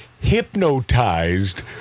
hypnotized